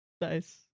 Nice